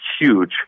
huge